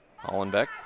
Hollenbeck